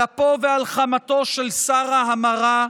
על אפו ועל חמתו של שר ההמרה,